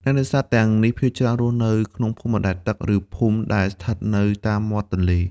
អ្នកនេសាទទាំងនេះភាគច្រើនរស់នៅក្នុង ភូមិបណ្តែតទឹក ឬភូមិដែលស្ថិតនៅតាមមាត់ទន្លេ។